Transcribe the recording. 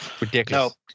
ridiculous